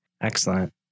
Excellent